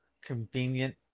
convenient